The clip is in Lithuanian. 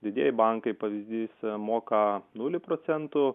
didieji bankai pavyzdys moka nulį procentų